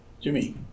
Jimmy